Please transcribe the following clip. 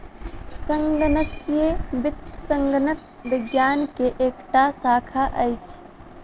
संगणकीय वित्त संगणक विज्ञान के एकटा शाखा अछि